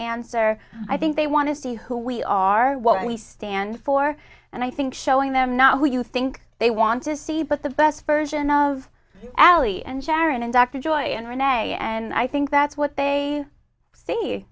answer i think they want to see who we are what we stand for and i think showing them not what you think they want to see but the best version of allie and sharon and dr joy and renee and i think that's what they see